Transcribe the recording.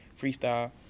freestyle